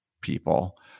people